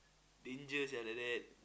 danger sia like that